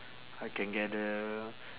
I can gather